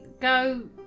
Go